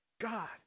God